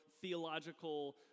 theological